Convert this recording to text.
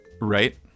right